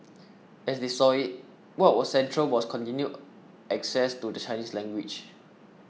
as they saw it what was central was continued access to the Chinese language